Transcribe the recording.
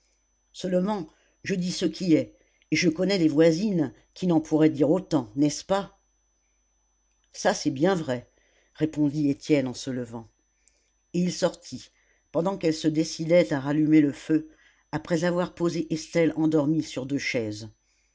seulement je dis ce qui est et je connais des voisines qui n'en pourraient dire autant n'est-ce pas ça c'est bien vrai répondit étienne en se levant et il sortit pendant qu'elle se décidait à rallumer le feu après avoir